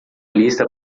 lista